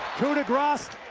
coup de grace?